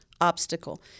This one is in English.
obstacle